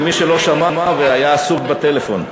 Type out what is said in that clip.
למי שלא שמע והיה עסוק בטלפון.